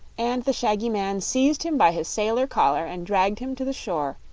and the shaggy man seized him by his sailor collar and dragged him to the shore,